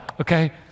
Okay